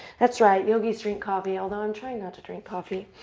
that's right, yogis drink coffee, although i'm trying not to drink coffee.